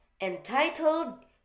entitled